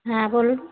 হ্যাঁ বলুন